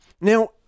now